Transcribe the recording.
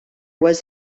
was